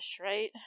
right